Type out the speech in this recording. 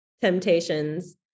temptations